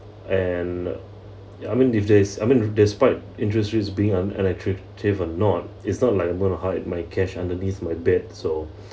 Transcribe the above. and I mean if there's I mean if despite interest rates being un~ unattractive or not it's not like I'm to hide my cash underneath my bed so